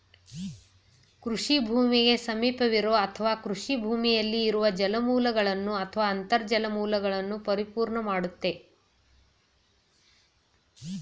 ಕೃಷಿ ಭೂಮಿಗೆ ಸಮೀಪವಿರೋ ಅಥವಾ ಕೃಷಿ ಭೂಮಿಯಲ್ಲಿ ಇರುವ ಜಲಮೂಲಗಳನ್ನು ಅಥವಾ ಅಂತರ್ಜಲ ಮೂಲಗಳನ್ನ ಮರುಪೂರ್ಣ ಮಾಡ್ತದೆ